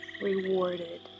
rewarded